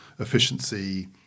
efficiency